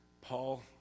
Paul